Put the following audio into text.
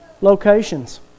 locations